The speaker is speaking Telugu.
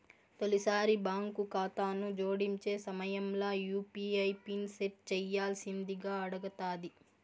తొలిసారి బాంకు కాతాను జోడించే సమయంల యూ.పీ.ఐ పిన్ సెట్ చేయ్యాల్సిందింగా అడగతాది